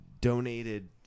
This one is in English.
donated